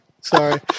Sorry